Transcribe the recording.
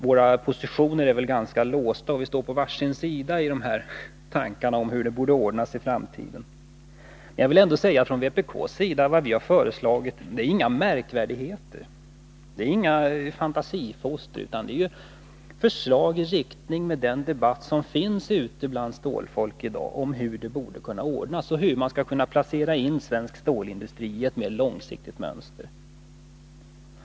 Våra positioner är väl ganska låsta, och vi står på var sin sida när det gäller tankarna om hur det i framtiden borde ordnas på detta område. Men vad vi från vpk:s sida har föreslagit är inga märkvärdigheter eller fantasifoster. Det är förslag som ligger i linje med den debatt som i dag förs ute bland stålfolk om hur det borde kunna ordnas på stålområdet och hur man skall kunna placera in svensk stålindustri i ett mer långsiktigt mönster.